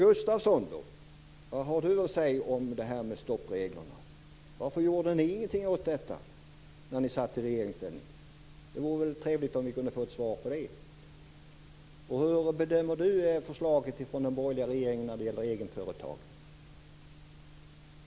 Men vad har Holger Gustafsson att säga om stoppreglerna? Varför gjorde ni ingenting åt detta när ni var i regeringsställning? Det vore väl trevligt om vi kunde få ett svar på det. Hur bedömer Holger Gustafsson förslaget från den borgerliga regeringen när det gäller egenföretag?